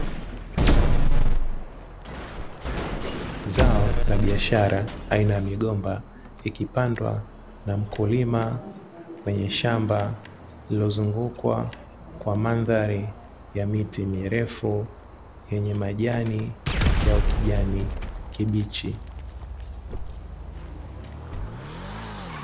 Zao la biashara aina ya migomba, ikipandwa na mkulima kwenye shamba lililo zungukwa kwa mandhari ya miti mirefu yenye majani ya ukijani kibichi.